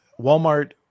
Walmart